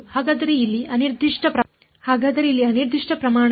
ಹಾಗಾದರೆ ಇಲ್ಲಿ ಅನಿರ್ದಿಷ್ಟ ಪ್ರಮಾಣ ಎಷ್ಟು